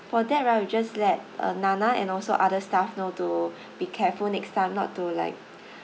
for that right we just let uh nana and also other staff know to be careful next time not to like